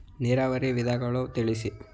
ನೀರಾವರಿಯ ವಿಧಾನಗಳನ್ನು ತಿಳಿಸಿ?